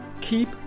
Keep